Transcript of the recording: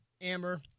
Amber